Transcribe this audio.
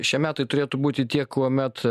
šie metai turėtų būti tie kuomet